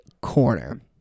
corner